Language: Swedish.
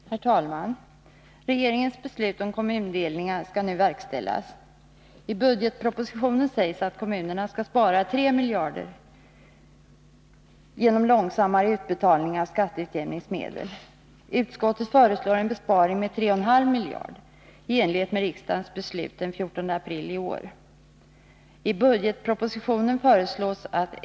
Herr talman! Regeringens beslut om kommundelningar skall verkställas. I budgetpropositionen sägs att kommunerna skall spara 3 miljarder genom långsammare utbetalning av skatteutjämningsmedel. Utskottet föreslår en besparing med 3,5 miljarder — i enlighet med riksdagens beslut den 14 april i år.